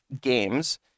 games